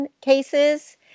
cases